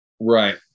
Right